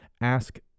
ask